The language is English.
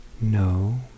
No